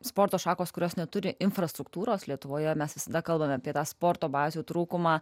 sporto šakos kurios neturi infrastruktūros lietuvoje mes visada kalbame apie tą sporto bazių trūkumą